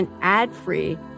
ad-free